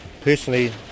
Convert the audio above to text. Personally